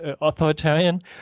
authoritarian